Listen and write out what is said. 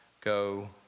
go